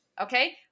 Okay